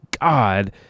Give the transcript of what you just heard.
God